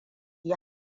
yi